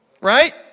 right